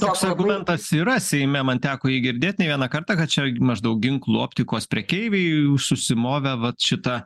toks argumentas yra seime man teko jį girdėt ne vieną kartą kad čia maždaug ginklų optikos prekeiviai susimovę vat šitą